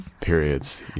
Periods